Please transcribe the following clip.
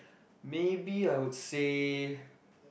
maybe I would say